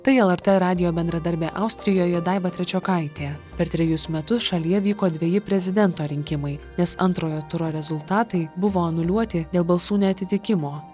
tai lrt radijo bendradarbė austrijoje daiva trečiokaitė per trejus metus šalyje vyko dveji prezidento rinkimai nes antrojo turo rezultatai buvo anuliuoti dėl balsų neatitikimo